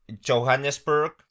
Johannesburg